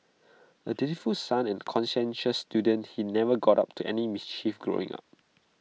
A dutiful son and conscientious student he never got up to any mischief growing up